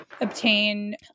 obtain